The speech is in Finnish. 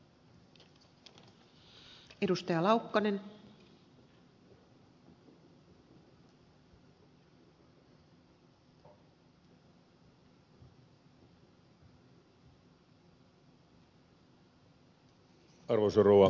arvoisa rouva puhemies